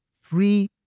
free